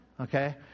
okay